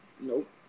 Nope